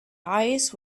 eyes